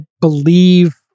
believe